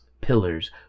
pillars